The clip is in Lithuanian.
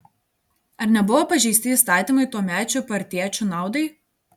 ar nebuvo pažeisti įstatymai tuomečių partiečių naudai